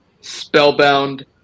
spellbound